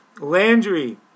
Landry